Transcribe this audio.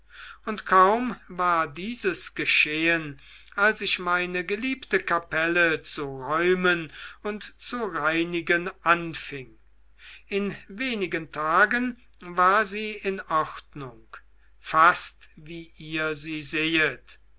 und kaum war dieses geschehen als ich meine geliebte kapelle zu räumen und zu reinigen anfing in wenigen tagen war sie in ordnung fast wie ihr sie sehet